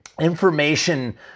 Information